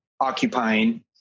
occupying